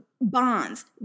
bonds